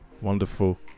wonderful